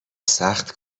سخت